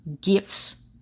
gifts